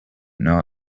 know